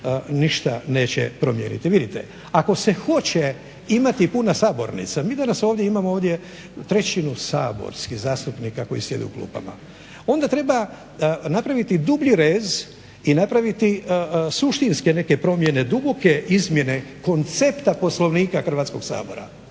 ništa neće promijeniti. Vidite, ako se hoće imati puna sabornica mi danas ovdje imamo ovdje trećinu saborskih zastupnika koji sjede u klupama. Onda treba napraviti dublji rez i napraviti suštinske neke promjene, duboke izmjene koncepta Poslovnika Hrvatskog sabora,